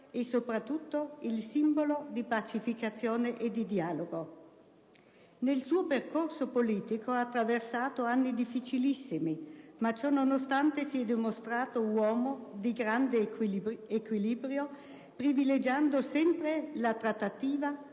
e soprattutto il simbolo di pacificazione e di dialogo. Nel suo percorso politico ha attraversato anni difficilissimi, ma ciò nonostante si è dimostrato uomo di grande equilibrio, privilegiando sempre la trattativa,